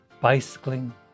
bicycling